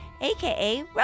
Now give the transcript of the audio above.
aka